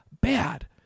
bad